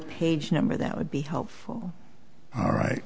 page number that would be helpful all right